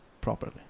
properly